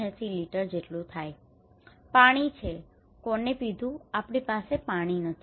79 litre જેટલું થાય પાણી છે કોને કીધું આપણી પાસે પાણી નથી